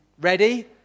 ready